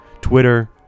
Twitter